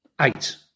Eight